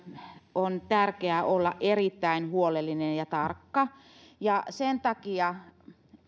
on tärkeää olla erittäin huolellinen ja tarkka sen takia